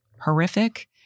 horrific